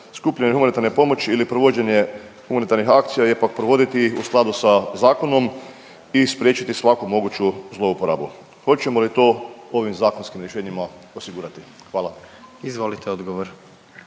skupljanje humanitarne pomoći ili provođenje humanitarnih akcija je pak provoditi u skladu sa zakonom i spriječiti svaku moguću zlouporabu. Hoćemo li to ovim zakonskim rješenjima osigurati? Hvala. **Jandroković,